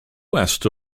west